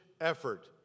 effort